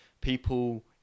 people